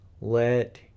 let